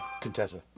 Contessa